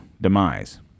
demise